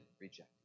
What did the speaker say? rejected